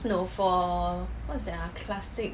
no for what's that ah classic